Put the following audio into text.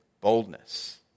boldness